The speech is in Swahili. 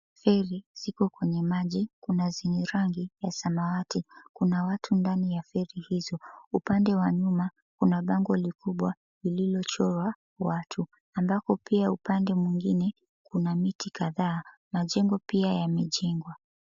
Feri ziko kwenye maji, kuna zenye rangi ya samawati, kuna watu ndani ya feri hizo. Upande wa nyuma kuna bango likubwa lililochorwa watu ambapo pia upande mwengine kuna miti kadhaa, majengo pia yamejengwa.